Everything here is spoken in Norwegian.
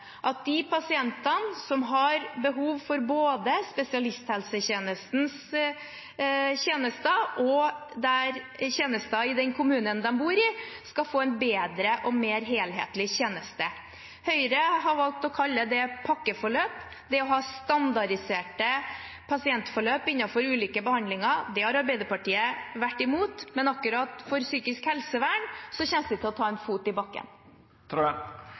at de pasientene som har behov for både spesialisthelsetjenester og tjenester i den kommunen de bor i, skal få en bedre og mer helhetlig tjeneste. Høyre har valgt å kalle det pakkeforløp, det å ha standardiserte pasientforløp innenfor ulike behandlinger. Det har Arbeiderpartiet vært imot. Men akkurat for psykisk helsevern kommer vi til å ta en fot i bakken.